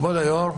כבוד היושב-ראש,